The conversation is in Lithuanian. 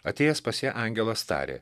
atėjęs pas ją angelas tarė